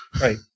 Right